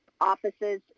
offices